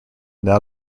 now